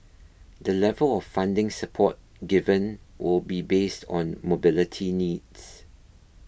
the level of funding support given will be based on mobility needs